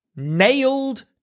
Nailed